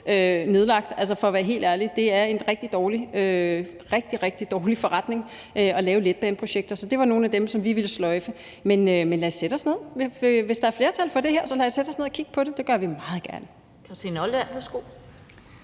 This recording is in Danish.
nedlagt. Altså, for at være helt ærlig er det en rigtig, rigtig dårlig forretning at lave letbaneprojekter. Så det var nogle af dem, som vi ville sløjfe. Men hvis der er et flertal for det her, så lad os sætte os ned og kigge på det. Det gør vi meget gerne.